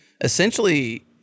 essentially